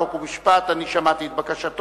חוק ומשפט אני שמעתי את בקשתו,